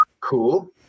cool